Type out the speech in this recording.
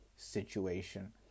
Situation